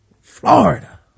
Florida